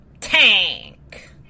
tank